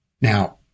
Now